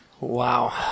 Wow